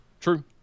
True